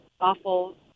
awful